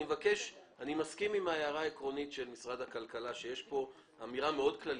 אני מסכים עם ההערה העקרונית של משרד הכלכלה שיש כאן אמירה מאוד כללית.